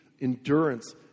endurance